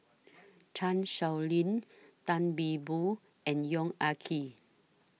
Chan Sow Lin Tan See Boo and Yong Ah Kee